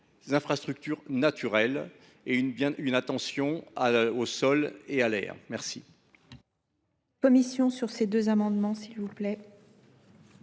des infrastructures naturelles et une attention au sol et à l’air. Quel